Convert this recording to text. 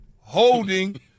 Holding